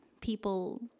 people